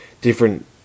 different